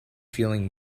feeling